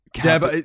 Deb